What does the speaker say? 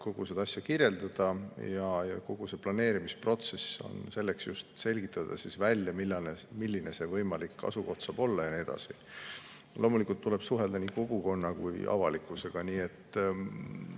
kogu seda asja kirjeldada. Kogu planeerimisprotsess on just selleks, et selgitada välja, milline see võimalik asukoht saab olla ja nii edasi. Loomulikult tuleb suhelda nii kogukonna kui ka avalikkusega.